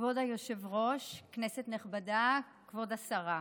כבוד היושב-ראש, כנסת נכבדה, כבוד השרה,